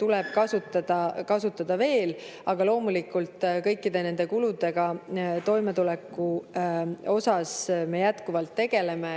tuleb kasutada veel. Aga loomulikult, kõikide nende kuludega toimetulekuga me jätkuvalt tegeleme,